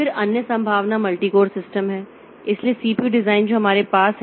फिर अन्य संभावना मल्टी कोर सिस्टम है इसलिए सीपीयू डिजाइन जो हमारे पास है